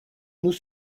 nous